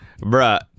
Bruh